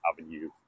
avenue